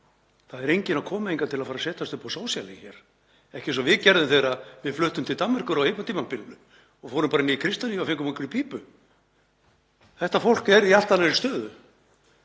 Það er enginn að koma hingað til að fara að setjast upp á sósíalinn hér, ekki eins og við gerðum þegar við fluttum til Danmerkur á hippatímabilinu og fórum bara inn í Kristjaníu og fengum okkur í pípu. Þetta fólk er í allt annarri stöðu.